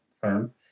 firm